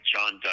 John